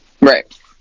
Right